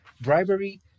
bribery